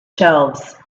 shelves